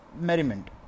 merriment